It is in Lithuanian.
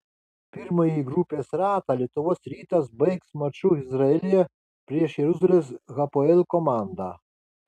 pirmąjį grupės ratą lietuvos rytas baigs maču izraelyje prieš jeruzalės hapoel komandą